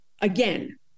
again